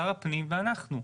שר הפנים ואנחנו.